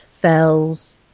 Fells